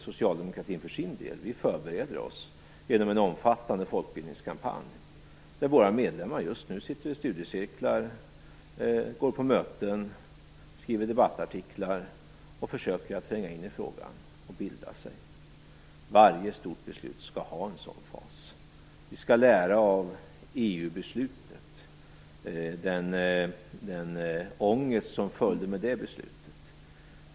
Socialdemokratin förbereder sig genom en omfattande folkbildningskampanj där våra medlemmar just nu sitter i studiecirklar, går på möten, skriver debattartiklar och försöker att tränga in i frågan och bilda sig. Varje stort beslut skall ha en sådan fas. Vi skall lära av EU-beslutet och den ångest som följde med det beslutet.